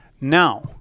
Now